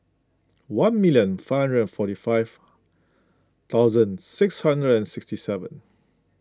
one million five hundred and forty five thousand six hundred and sixty seven